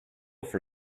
for